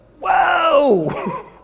Whoa